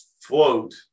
float